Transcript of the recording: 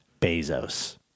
Bezos